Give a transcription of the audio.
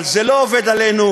אבל זה לא עובד עלינו,